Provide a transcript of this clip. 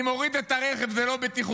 אני מוריד את הרכב, זה לא בטיחותי.